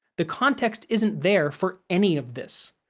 the context isn't there for any of this.